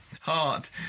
heart